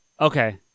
Okay